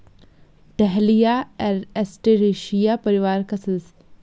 dahlia Asteraceae परिवार का सदस्य है, जिसमें सूरजमुखी, डेज़ी, गुलदाउदी, झिननिया भी शामिल है